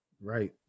right